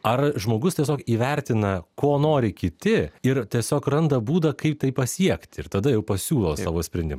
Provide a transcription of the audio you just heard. ar žmogus tiesiog įvertina ko nori kiti ir tiesiog randa būdą kaip tai pasiekt ir tada jau pasiūlo savo sprendimą